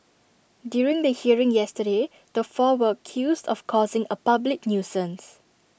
during the hearing yesterday the four were accused of causing A public nuisance